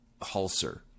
Hulser